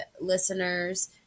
listeners